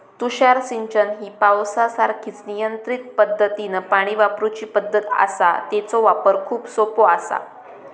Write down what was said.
तुषार सिंचन ही पावसासारखीच नियंत्रित पद्धतीनं पाणी वापरूची पद्धत आसा, तेचो वापर खूप सोपो आसा